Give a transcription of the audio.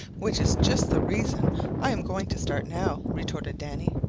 which is just the reason i am going to start now, retorted danny.